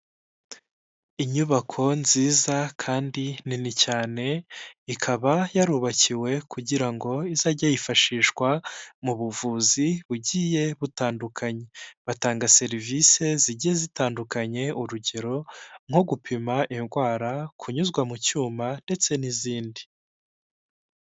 Inyubako nziza kandi nini cyane, ikaba yarubakiwe kugira ngo izajye yifashishwa mu buvuzi bugiye butandukanye. Batanga serivisi zigiye zitandukanye, urugero nko gupima indwara, kunyuzwa mu cyuma ndetse n'izindi.